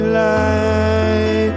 light